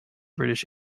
british